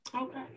Okay